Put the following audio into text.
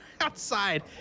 outside